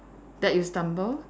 that you stumble